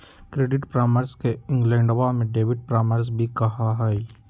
credit परामर्श के इंग्लैंडवा में डेबिट परामर्श भी कहा हई